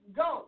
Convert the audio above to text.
go